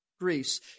Greece